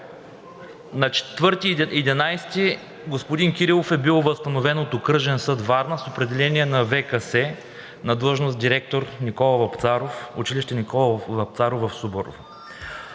ноември господин Кирилов е бил възстановен от Окръжен съд – Варна, с определение на ВКС на длъжност „директор“ на училище „Никола Вапцаров“ в Суворово.